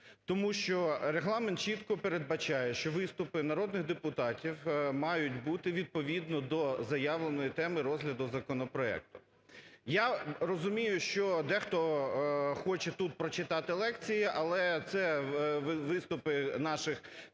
Тому що Регламент чітко передбачає, що виступи народних депутатів мають бути відповідно до заявленою теми розгляду законопроекту. Я розумію, що дехто хоче тут прочитати лекції, але це виступи наших деяких